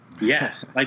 Yes